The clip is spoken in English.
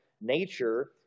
nature